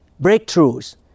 breakthroughs